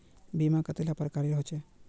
बीमा कतेला प्रकारेर होचे?